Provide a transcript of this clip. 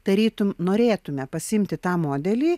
tarytum norėtume pasiimti tą modelį